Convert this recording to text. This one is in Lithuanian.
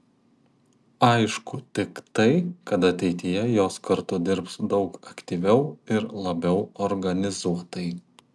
aišku tik tai kad ateityje jos kartu dirbs daug aktyviau ir labiau organizuotai